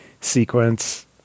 sequence